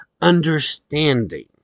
understanding